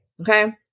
okay